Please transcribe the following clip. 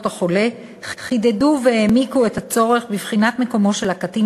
החולה חידדו והעמיקו את הצורך בבחינת מקומו של הקטין